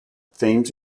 themes